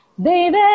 Baby